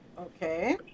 Okay